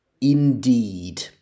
indeed